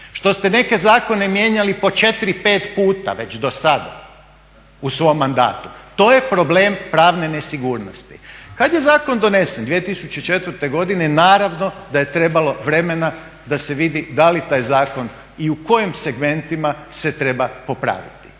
što ste neke zakone mijenjali po 4-5 puta već do sada u svom mandatu. To je problem pravne nesigurnosti. Kad je zakon donesen 2004. godine naravno da je trebalo vremena da se vidi da li taj zakon i u kojim segmentima se treba popraviti.